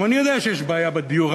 גם אני יודע שיש בעיה בדיור.